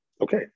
Okay